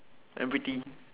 and pretty